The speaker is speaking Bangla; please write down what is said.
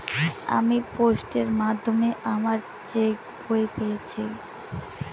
আমি পোস্টের মাধ্যমে আমার চেক বই পেয়েছি